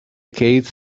case